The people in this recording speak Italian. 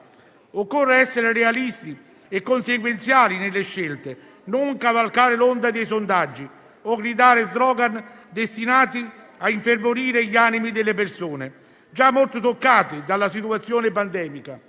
Occorre essere realisti e conseguenziali nelle scelte, non cavalcare l'onda dei sondaggi o gridare *slogan* destinati a infervorire gli animi delle persone, già molto toccati dalla situazione pandemica